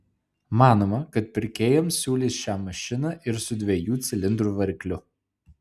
manoma kad pirkėjams siūlys šią mašiną ir su dviejų cilindrų varikliu